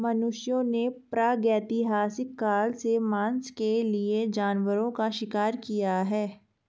मनुष्यों ने प्रागैतिहासिक काल से मांस के लिए जानवरों का शिकार किया है